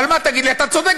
אבל מה תגיד לי: אתה צודק,